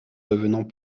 devenant